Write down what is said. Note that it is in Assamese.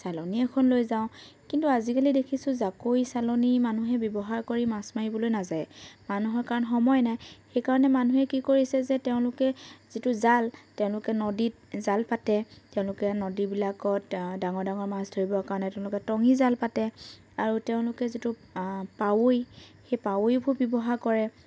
চালনী এখন লৈ যাওঁ কিন্তু আজিকালি দেখিছো জাকৈ চালনী মানুহে ব্যৱহাৰ কৰি মাছ মাৰিবলৈ নাযায় মানুহৰ কাৰণ সময় নাই সেইকাৰণে মানুহে কি কৰিছে যে তেওঁলোকে যিটো জাল তেওঁলোকে নদীত জাল পাতে তেওঁলোকে নদীবিলাকত ডাঙৰ ডাঙৰ মাছ ধৰিবৰ কাৰণে তেওঁলোকে টঙি জাল পাতে আৰু তেওঁলোকে যিটো পাৱৈ সেই পাৱৈবোৰ ব্যৱহাৰ কৰে